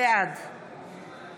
בעד